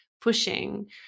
pushing